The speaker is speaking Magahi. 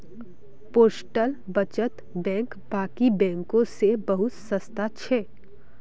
पोस्टल बचत बैंक बाकी बैंकों से बहुत सस्ता छे